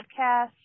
podcast